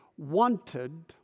wanted